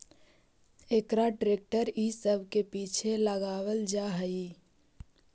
एकरा ट्रेक्टर इ सब के पीछे लगावल जा हई